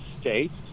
states